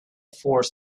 force